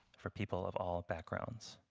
for people of all backgrounds.